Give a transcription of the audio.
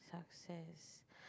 success